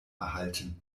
erhalten